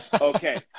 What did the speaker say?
Okay